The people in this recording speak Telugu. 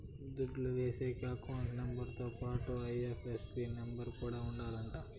దుడ్లు ఏసేకి అకౌంట్ నెంబర్ తో పాటుగా ఐ.ఎఫ్.ఎస్.సి నెంబర్ కూడా ఉండాలంట